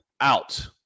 out